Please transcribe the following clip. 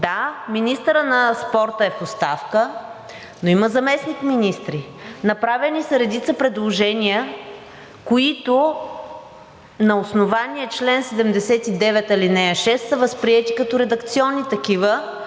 Да, министърът на спорта е в оставка, но има заместник-министри. Направени са редица предложения, които на основание чл. 79, ал. 6 са възприети като редакционни такива